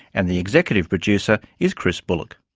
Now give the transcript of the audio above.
and the executive producer is chris bullock